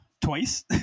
twice